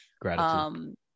gratitude